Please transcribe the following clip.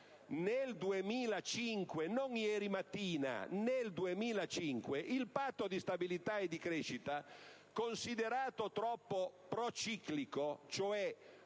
Nel 2005, non ieri mattina, il Patto di stabilità e crescita era considerato troppo prociclico, cioè